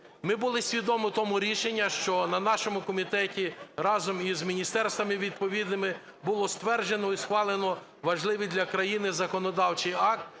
Ми були свідомі того рішення, що на нашому комітеті разом з міністерствами відповідними було стверджено і схвалено важливий для країни законодавчий акт,